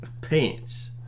pants